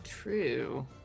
True